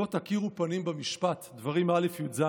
"לא תכירו פנים במשפט", דברים א', י"ז,